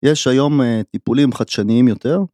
יש היום טיפולים חדשניים יותר.